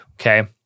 okay